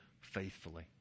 faithfully